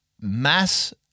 mass